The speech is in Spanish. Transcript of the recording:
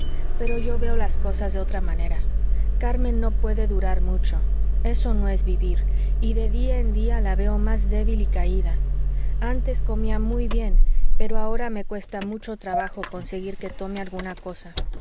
pero yo veo las cosas de otra manera carmen no puede durar mucho eso no es vivir y de día en día la veo más débil y caída antes comía muy bien pero ahora me cuesta mucho trabajo conseguir que tome alguna cosa